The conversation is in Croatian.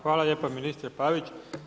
Hvala lijepa ministre Pavić.